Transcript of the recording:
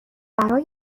برای